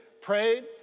prayed